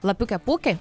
lapiuką pūkį